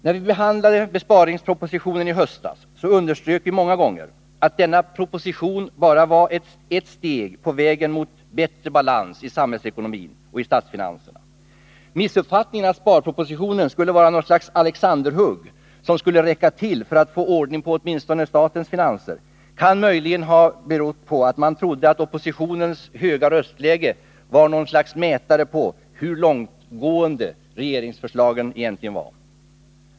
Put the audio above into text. Då vi behandlade sparpropositionen i höstas underströk vi många gånger att denna proposition bara var ett steg på vägen mot bättre balans i samhällsekonomi och statsfinanser. Missuppfattningen att sparpropositionen var det Alexanderhugg som skulle räcka till för att få ordning på åtminstone statens finanser kan möjligen ha berott på att man trodde att oppositionens höga röstläge var något slags mätare på hur långtgående regeringsförslagen egentligen var.